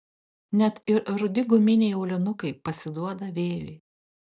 net ir rudi guminiai aulinukai pasiduoda vėjui